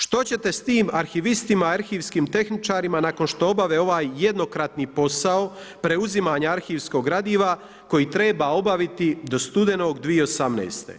Što ćete s tim arhivistima, arhivskim tehničarima nakon što obave ovaj jednokratni posao preuzimanja arhivskog gradiva koji treba obaviti do studenog 2018.